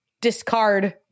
discard